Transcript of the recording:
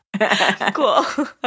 Cool